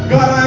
God